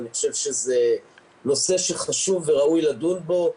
אני חושב שזה נושא שחשוב וראוי לדון בו.